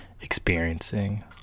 experiencing